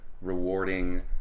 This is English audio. rewarding